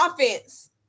offense